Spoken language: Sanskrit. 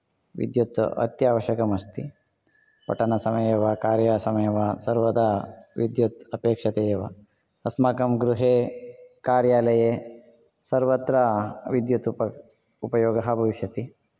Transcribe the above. विद्युत् अत्यावश्यकमस्ति पठनसमये वा कार्यसमये वा सर्वदा विद्युत् अपेक्षते एव अस्माकं गृहे कार्यालये सर्वत्र विद्युत् उप उपयोगः भविष्यति